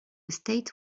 state